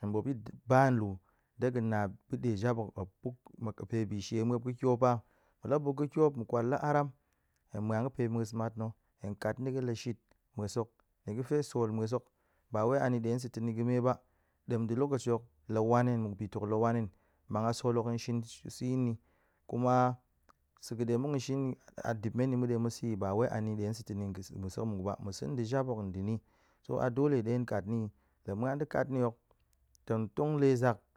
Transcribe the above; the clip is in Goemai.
hen ɓop yin ba lu de ga̱n na pae ɗe jap hok, muop buk ma pe bi she muop ga̱ tiop pa, muop la buk ga̱ tiop mu kwal la aram hen muan ga̱pe mues matna̱ hen kat ni ga̱ la shit mues hok nie ga̱fe sol mues ba wai a ni ɗe sa̱ ni ga̱me ba, ɗem ɗe lokaci hok la wan mu bi tok la wan hen man a sol hok shin sa̱ yi ni, kuma sa̱ ga̱ ɗe muk shin ni a dip men ni ma̱ ɗe ma̱ sa̱ yi bawai ani ɗe ga̱ sa̱ ma̱sek muk ba, ma̱ sa̱ ɗe jap hok nɗe ni, so a dole ɗe k'at ni yi la muan ɗe ƙat ni hok, tong tong le zak